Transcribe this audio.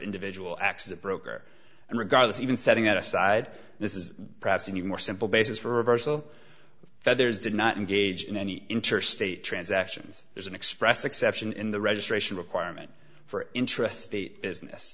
individual acts as a broker and regardless even setting that aside this is perhaps an even more simple basis for reversal that there is did not engage in any interstate transactions there's an express exception in the registration requirement for intrastate business